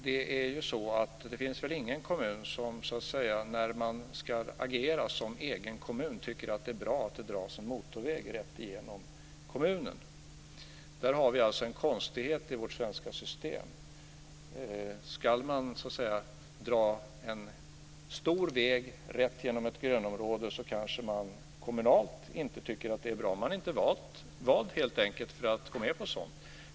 Det finns väl ingen kommun som, när man ska agera som egen kommun, tycker att det är bra att det dras en motorväg rätt igenom kommunen. Där finns det alltså en konstighet i vårt svenska system. Om man ska dra en stor väg rätt igenom ett grönområde tycker man kommunalt kanske inte att det är bra. Man är helt enkelt inte vald för att gå med på sådant.